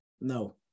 no